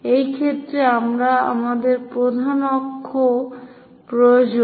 এই ক্ষেত্রে আমাদের একটি প্রধান অক্ষ এর প্রয়োজন